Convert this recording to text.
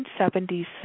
1976